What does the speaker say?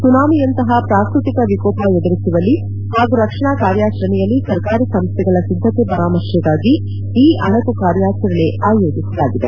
ಸುನಾಮಿಯಂತಹ ಪ್ರಾಕೃತಿಕ ವಿಕೋಪ ಎದುರಿಸುವಲ್ಲಿ ಹಾಗೂ ರಕ್ಷಣಾ ಕಾರ್ಯಾಚರಣೆಯಲ್ಲಿ ಸರಕಾರಿ ಸಂಸ್ಟೆಗಳ ಸಿದ್ದತೆ ಪರಾಮರ್ತೆಗಾಗಿ ಈ ಅಣಕು ಕಾರ್ಯಾಚರಣೆ ಆಯೋಜಿಸಲಾಗಿದೆ